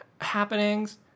happenings